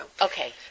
Okay